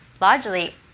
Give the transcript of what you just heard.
largely